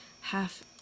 half